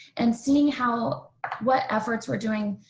and seeing how what efforts we're doing